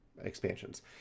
expansions